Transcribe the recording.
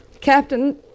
Captain